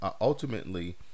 ultimately